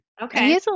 Okay